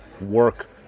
work